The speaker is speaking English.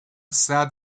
sad